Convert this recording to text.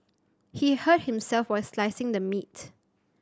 he hurt himself while slicing the meat